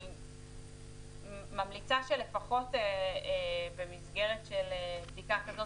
אני ממליצה שלפחות במסגרת בדיקה כזאת,